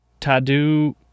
Tadu